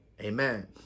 Amen